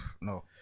no